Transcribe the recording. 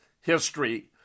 history